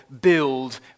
build